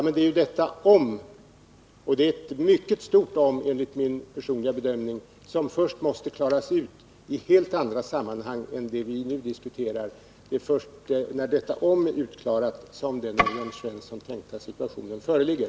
Men det är ju detta om — och det är enligt min personliga bedömning ett mycket stort om — som först måste klaras ut i helt andra sammanhang än de vi nu diskuterar. Det är först när detta om är utklarat som den av Jörn Svensson tänkta situationen föreligger.